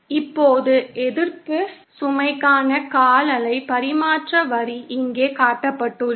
இப்போது எதிர்ப்பு சுமைக்கான கால் அலை பரிமாற்ற வரி இங்கே காட்டப்பட்டுள்ளது